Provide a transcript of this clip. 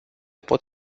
pot